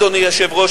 אדוני היושב-ראש,